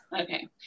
Okay